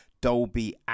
Dolby